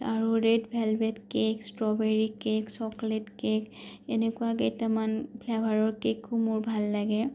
আৰু red velvet cake strawberry cake chocolate cake এনেকুৱা কেইটামান ফ্লেভাৰৰ কেকো মোৰ ভাল লাগে